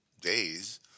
days